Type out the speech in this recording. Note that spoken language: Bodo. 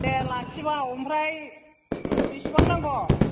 दे लाखिबाव ओमफ्राय बिसिबां नांगौ